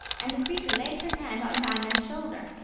and the creature laid her hand on diamond's shoulder.